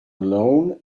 alone